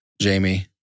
Jamie